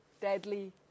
deadly